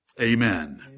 Amen